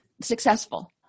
successful